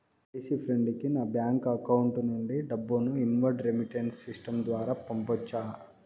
విదేశీ ఫ్రెండ్ కి నా బ్యాంకు అకౌంట్ నుండి డబ్బును ఇన్వార్డ్ రెమిట్టెన్స్ సిస్టం ద్వారా పంపొచ్చా?